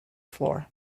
floor